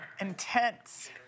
intense